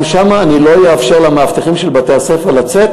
גם שם, אני לא אאפשר למאבטחים של בתי-הספר לצאת.